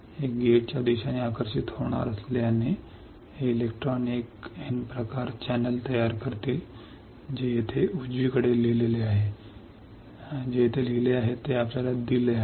हे गेटच्या दिशेने आकर्षित होणार असल्याने हे इलेक्ट्रॉन एक N प्रकार चॅनेल तयार करतील जे येथे उजवीकडे लिहिलेले आहे जे येथे लिहिलेले आहे ते आपल्याला दिलेले आहे